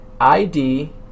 id